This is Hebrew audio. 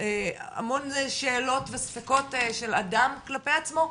המון שאלות וספקות של אדם כלפי עצמו,